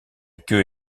queue